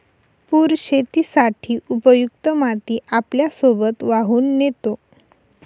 पूर शेतीसाठी उपयुक्त माती आपल्यासोबत वाहून नेतो